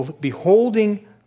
beholding